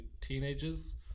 teenagers